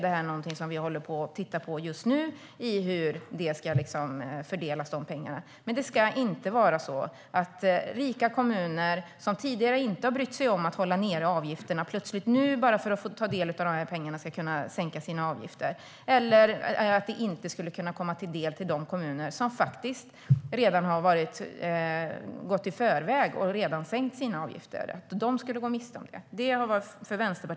Precis som jag sa i förra repliken tittar vi just nu på hur pengarna ska fördelas. Men det ska inte vara på det sättet att rika kommuner som inte har brytt sig om att hålla nere avgifterna tidigare, nu plötsligt ska kunna sänka sina avgifter bara för att få ta del av de här pengarna. Det ska inte heller vara på det sättet att de kommuner som redan har gått före och sänkt sina avgifter ska gå miste om de här pengarna.